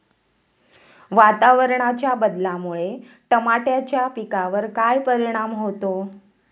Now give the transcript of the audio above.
वातावरणाच्या बदलामुळे टमाट्याच्या पिकावर काय परिणाम होतो?